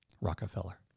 Rockefeller